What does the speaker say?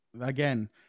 Again